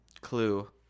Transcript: clue